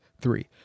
Three